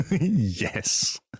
Yes